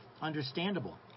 understandable